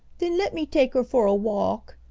then let me take her for a walk,